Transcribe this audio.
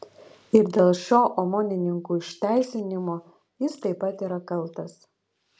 ir dėl šio omonininkų išteisinimo jis taip pat yra kaltas